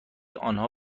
آنها